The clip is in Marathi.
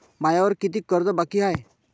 मायावर कितीक कर्ज बाकी हाय?